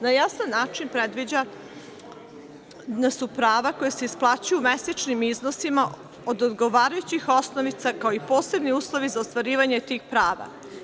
Na jasan način predviđa da su prava koja se isplaćuju u mesečnim iznosima od odgovarajućih osnovica, kao i posebni uslovi za ostvarivanje tih prava.